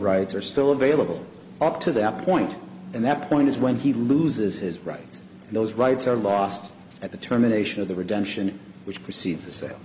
rights are still available up to that point and that point is when he loses his rights those rights are lost at the terminations of the redemption which precedes the sa